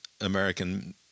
American